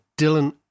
Dylan